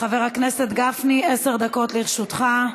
חבר הכנסת גפני, עשר דקות לרשותך.